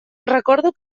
recordo